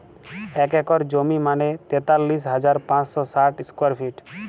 এক একর জমি মানে তেতাল্লিশ হাজার পাঁচশ ষাট স্কোয়ার ফিট